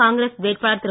காங்கிரஸ் வேட்பாளர் திரு